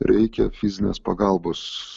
reikia fizinės pagalbos